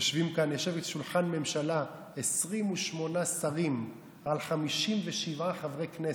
יושבים כאן בשולחן הממשלה 28 שרים על 57 חברי כנסת.